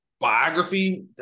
biography